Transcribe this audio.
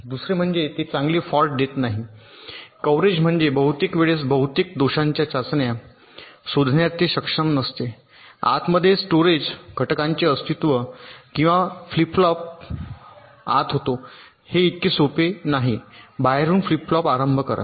दुसरे म्हणजे ते चांगले फॉल्ट देत नाही कव्हरेज म्हणजे बहुतेक वेळेस बहुतेक दोषांच्या चाचण्या शोधण्यात ते सक्षम नसते आतमध्ये स्टोरेज घटकांचे अस्तित्व किंवा फ्लिप आत फ्लॉप होतो हे इतके सोपे नाही बाहेरून फ्लिप फ्लॉप आरंभ करा